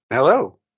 Hello